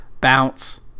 bounce